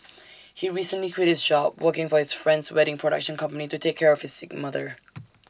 he recently quit his job working for his friend's wedding production company to take care of his sick mother